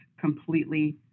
completely